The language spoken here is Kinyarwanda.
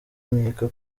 nkeka